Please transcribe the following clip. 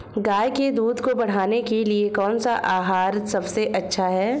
गाय के दूध को बढ़ाने के लिए कौनसा आहार सबसे अच्छा है?